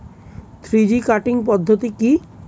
Three G cutting পদ্ধতি কি?